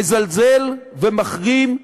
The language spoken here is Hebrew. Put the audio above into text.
מזלזל, ומחרים,